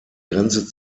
grenze